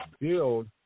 build